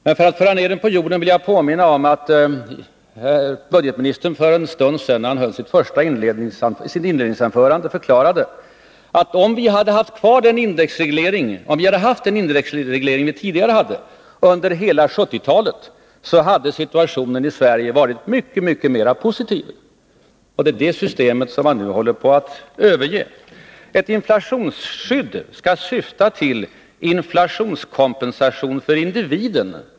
Men för att föra ner den på jorden vill jag påminna om att budgetministern i sitt inledningsanförande för en stund sedan förklarade att om vi hade haft den indexreglering vi tidigare hade under hela 1970-talet, så hade situationen i Sverige varit mycket mera positiv. Det är det systemet som man nu håller på att överge. Ett inflationsskydd skall syfta till inflationskompensation för individen.